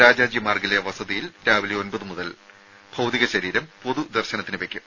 രാജാജി മാർഗ്ഗിലെ വസതിയിൽ രാവിലെ ഒമ്പത് മുതൽ ഭൌതിക ശരീരം പൊതു വെയ്ക്കും